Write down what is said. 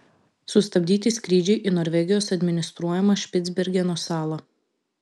sustabdyti skrydžiai į norvegijos administruojamą špicbergeno salą